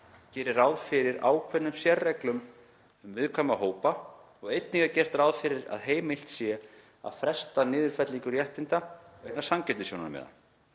gerir ráð fyrir ákveðnum sérreglum um viðkvæma hópa og einnig er gert ráð fyrir að heimilt sé að fresta niðurfellingu réttinda vegna „sanngirnissjónarmiða“.